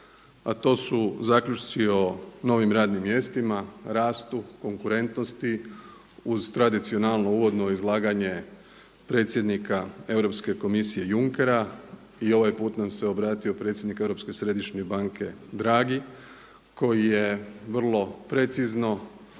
a to su zaključci o novim radnim mjestima, rastu, konkurentnosti uz tradicionalno uvodno izlaganje predsjednika Europske komisije Junckera. I ovaj puta nam se obratio predsjednik Europske središnje banke Draghi koji je vrlo precizno